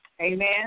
Amen